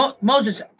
moses